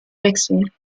wechseln